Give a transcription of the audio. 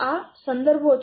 આ સંદર્ભો છે